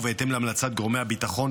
ובהתאם להמלצת גורמי הביטחון,